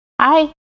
Hi